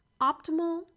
optimal